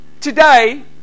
today